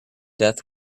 death